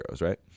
right